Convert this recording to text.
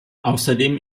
außerdem